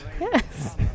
Yes